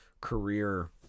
career